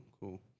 cool